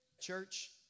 Church